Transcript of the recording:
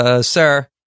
sir